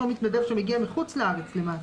אותו מתנדב שמגיע מחוץ לארץ למעשה,